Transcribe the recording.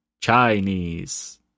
Chinese